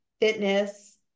fitness